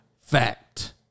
fact